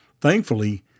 Thankfully